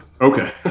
Okay